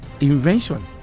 invention